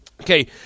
Okay